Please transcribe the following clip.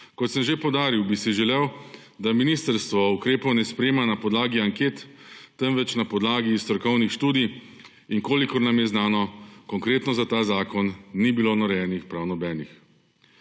Kot sem že poudaril, bi si želel, da ministrstvo ukrepov ne sprejema na podlagi anket, temveč na podlagi strokovnih študij, in kolikor nam je znano, konkretno za ta zakon ni bilo narejenih prav nobenih.